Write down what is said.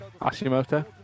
Hashimoto